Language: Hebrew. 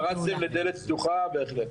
פרצתם לדלת פתוחה בהחלט.